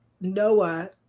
Noah